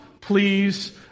please